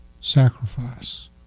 sacrifice